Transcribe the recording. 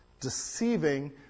Deceiving